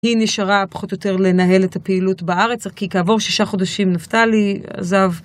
היא נשארה פחות או יותר לנהל את הפעילות בארץ, כי כעבור שישה חודשים נפתלי עזב.